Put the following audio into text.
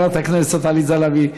חברת הכנסת עליזה לביא.